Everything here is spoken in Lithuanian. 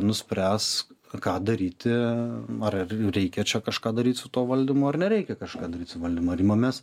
nuspręs ką daryti ar reikia čia kažką daryt su tuo valdymu ar nereikia kažką daryt su valdymu ar imamės